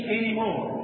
anymore